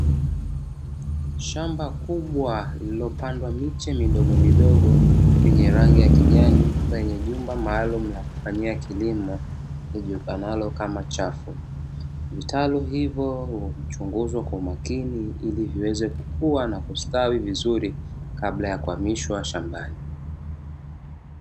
Shamba kubwa lililopandwa miche midogomidogo yenye rangi ya kijani kwenye nyumba maalumu ya kufanyia kilimo hiko lijulikanalo kama chafu. Vitalu hivyo huchunguzwa kwa umakini, ili viweze kukua na kustawi vizuri kabla ya kuhamishwa shambani.